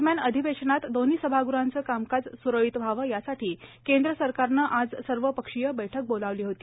दरम्यान अधिवेशनात दोन्ही सभागृहांचं कामकाज सुरळीत व्हावं यासाठी केंद्र सरकारनं आज सर्वपक्षीय बैठक बोलावली होती